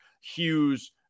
Hughes